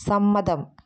സമ്മതം